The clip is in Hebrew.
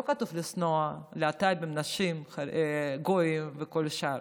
לא כתוב לשנוא להט"בים, נשים, גויים וכל השאר.